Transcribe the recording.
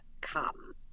come